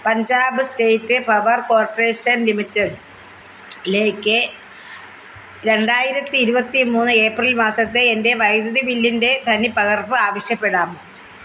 Punjab state power corporation ലിമിറ്റഡ്ലേക്ക് രണ്ടായിരത്തി ഇരുപത്തിമൂന്ന് ഏപ്രിൽ മാസത്തെ എന്റെ വൈദ്യുതി ബില്ലിന്റെ തനിപ്പകർപ്പ് ആവശ്യപ്പെടാം